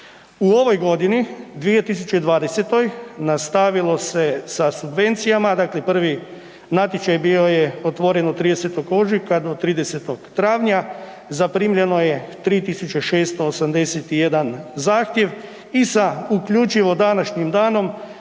U ovoj godini 2020. nastavilo se sa subvencijama, dakle prvi natječaj bio je otvoren od 30. ožujka do 30. travnja, zaprimljeno je 3.681 zahtjev i sa uključivo današnjim danom